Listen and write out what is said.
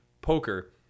poker